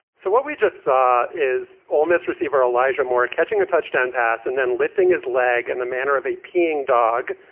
so what we just saw is almost receive our alija more. catching a touchdown pass and then lifting his leg in and the manner of a peeing dog.